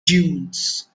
dunes